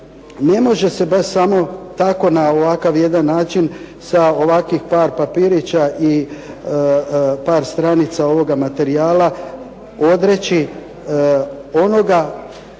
ne može se baš samo tako na ovakav jedan način sa ovakvih par papirića i par stranica ovoga materijala odreći onoga